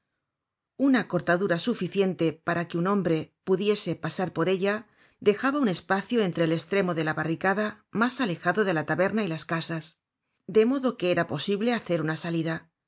una cortadura suficiente para que un hombre pudiese pasar por ella dejaba un espacio entre el estremo de la barricada mas alejado de la taberna y las casas de modo que era posible hacer una salida